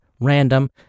Random